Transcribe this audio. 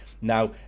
now